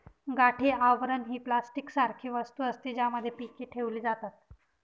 गाठी आवरण ही प्लास्टिक सारखी वस्तू असते, ज्यामध्ये पीके ठेवली जातात